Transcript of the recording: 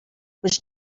which